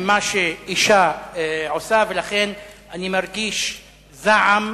עם מה שאשה עושה, ולכן אני מרגיש זעם,